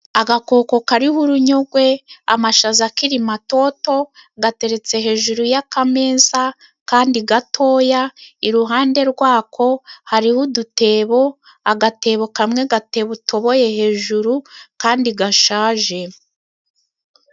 Agakoko kariho urunyogwe， amashaza akiri matoto， gateretse hejuru y'akameza kandi gatoya， iruhande rwako hariho udutebo， agatebo kamwe gatoboye hejuru kandi gashaje.